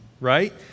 right